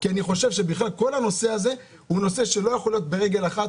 כי אני חושב שבכלל כל הנושא הזה הוא נושא שלא יכול להיות על רגל אחת,